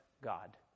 God